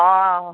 অঁ